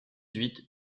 huit